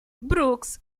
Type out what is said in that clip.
brooks